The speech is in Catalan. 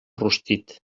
rostit